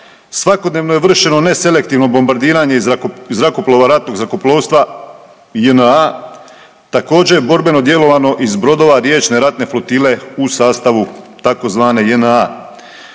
Svakodnevno je vršeno ne selektivno bombardiranje iz zrakoplova ratnog zrakoplovstva JNA, također je borbeno djelovano iz brodova riječne ratne flotile u sastavu tzv. JNA,